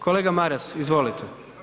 Kolega Maras, izvolite.